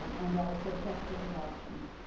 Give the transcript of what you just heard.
um and also textbook adoptions,